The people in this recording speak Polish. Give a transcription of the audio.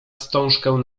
wstążkę